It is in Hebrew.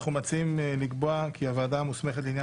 אנחנו מציעים לקבוע כי הוועדה המוסמכת לעניין